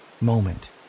moment